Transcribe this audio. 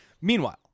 Meanwhile